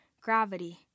gravity